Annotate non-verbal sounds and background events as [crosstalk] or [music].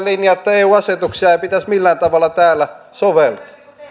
[unintelligible] linja että eu asetuksia ei pitäisi millään tavalla täällä soveltaa